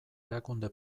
erakunde